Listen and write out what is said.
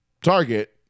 target